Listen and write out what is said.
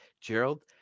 Gerald